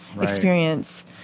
experience